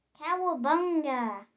Cowabunga